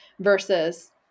versus